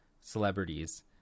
celebrities